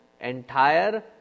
entire